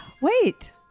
Wait